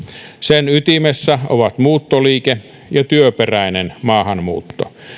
sen ytimessä ovat muuttoliike ja työperäinen maahanmuutto